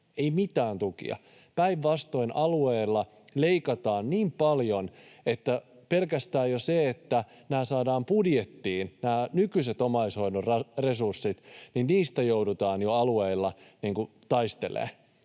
ei mitään tukia. Päinvastoin, alueilla leikataan niin paljon, että pelkästään jo se, että nämä nykyiset omaishoidon resurssit saadaan budjettiin, niin niistä joudutaan jo alueilla taistelemaan.